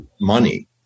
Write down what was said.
money